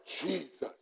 Jesus